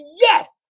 yes